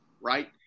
right